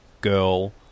girl